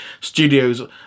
studios